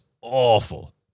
awful